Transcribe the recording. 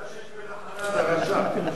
מה שיש בין ה"חמאס" לרש"פ.